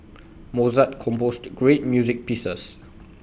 Mozart composed great music pieces